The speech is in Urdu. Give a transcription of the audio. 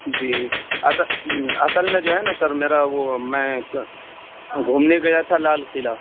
جی اصل اصل میں جو ہے نا سر میرا وہ میں ایک گھومنے گیا تھا لال قلعہ